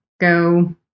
go